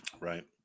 Right